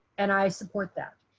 and i support that.